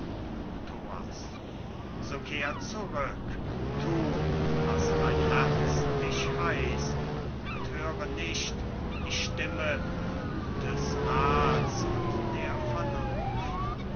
so kehr zurück thu was dein herz dich heißt und höre nicht die stimme guten raths und der vernunft